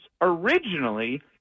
originally